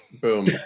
Boom